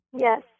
Yes